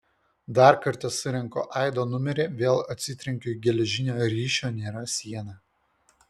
dar kartą surenku aido numerį vėl atsitrenkiu į geležinę ryšio nėra sieną